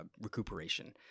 recuperation